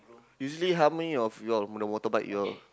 usually how many of you all on a motor bike you all